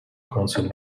council